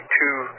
two